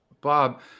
bob